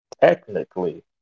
Technically